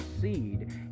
seed